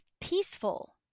peaceful